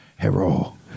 Hero